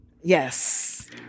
Yes